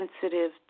sensitive